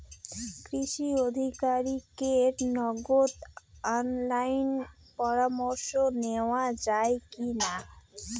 কৃষি আধিকারিকের নগদ অনলাইন পরামর্শ নেওয়া যায় কি না?